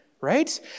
right